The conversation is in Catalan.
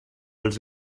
els